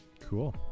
Cool